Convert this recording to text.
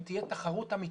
אם תהיה תחרות אמיתית,